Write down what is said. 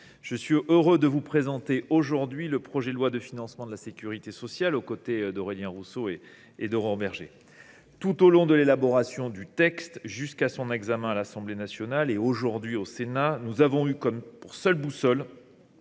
je suis heureux de vous présenter le projet de loi de financement de la sécurité sociale pour 2024, aux côtés d’Aurélien Rousseau et d’Aurore Bergé. Tout au long de l’élaboration du texte, jusqu’à son examen à l’Assemblée nationale et, aujourd’hui, au Sénat, nous avons eu comme seule boussole